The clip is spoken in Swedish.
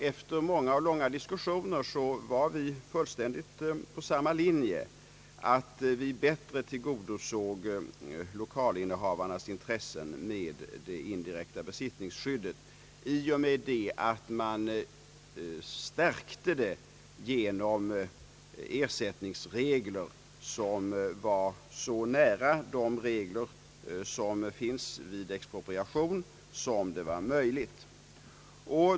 Efter många och långa diskussioner var vi på fullständigt samma linje, nämligen att vi bättre tillgodosåg lokalinnehavarnas intressen med det indirekta besittningsskyddet i och med att vi stärkte det genom ersättningsregler, vilka så nära som möjligt anslöt sig till de regler som gäller vid expropriation.